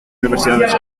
universidades